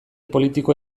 politiko